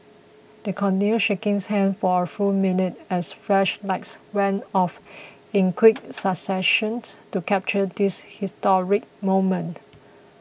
they continued shaking hands for a full minute as flashlights went off in quick succession to capture this historic moment